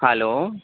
hello